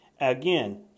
Again